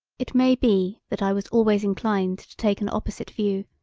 it may be that i was always inclined to take an opposite view,